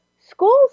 schools